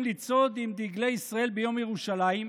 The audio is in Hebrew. לצעוד עם דגלי ישראל ביום ירושלים,